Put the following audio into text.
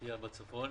המאפיה בצפון,